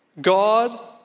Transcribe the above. God